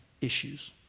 issues